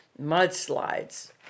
mudslides